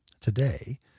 today